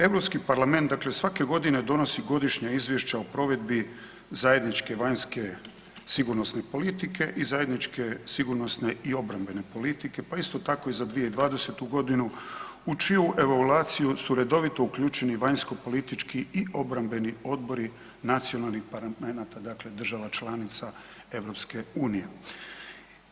Europski parlament dakle svake godine donosi godišnje izvješće o provedbi zajedničke vanjske sigurnosne politike i zajedničke sigurnosne i obrambene politike pa isto tako i za 2020. g. u čiju evaluaciju su redovito uključeni vanjsko-politički i obrambeni odbori nacionalnih parlamenata, dakle država članica EU-a.